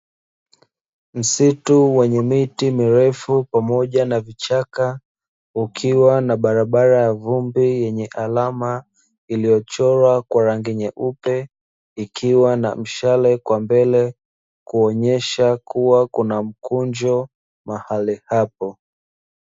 Msitu wenye miti mirefu pamoja na vichaka, ukiwa na barabara ya vumbi yenye alama iliyochorwa kwa rangi nyeupe, ikiwa na mshale kwa mbele ikionesha kuna mkunjo mahali hapo.